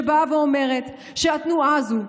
שבאה ואומרת שהתנועה הזו,